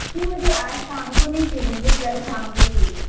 जी मुझे आज शाम को नहीं चाहिए मुझे कल शाम को चाहिए